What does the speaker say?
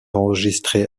enregistrée